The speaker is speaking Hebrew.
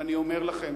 ואני אומר לכם,